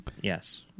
yes